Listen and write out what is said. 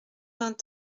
vingt